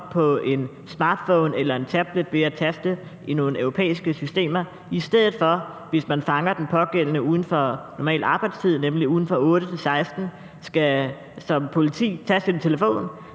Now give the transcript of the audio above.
på en smartphone eller en tablet ved at taste i nogle europæiske systemer, er nødt til, hvis man fanger den pågældende uden for normal arbejdstid, nemlig uden for tidsrummet fra kl. 8.00-16.00, at tage sin telefon